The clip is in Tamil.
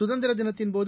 சுதந்திரதினத்தின் போது